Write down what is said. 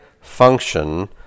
function